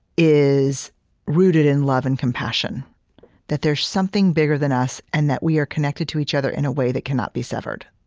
is rooted in love and compassion that there's something bigger than us and that we are connected to each other in a way that cannot be severed